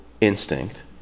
instinct